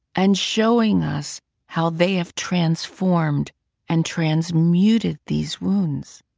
and showing us how they have transformed and transmuted these wounds.